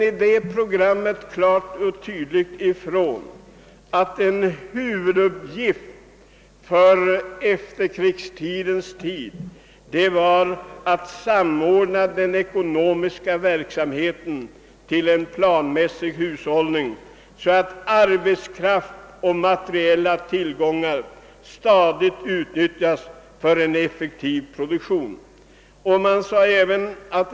I detta program sägs också klart och tydligt ifrån, att en huvuduppgift för efterkrigstiden var att samordna den ekonomiska verksamheten till en planmässig hushållning, så att arbetskraft och materiella tillgångar stadigt utnyttjas för en effektiv produktion.